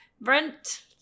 Brent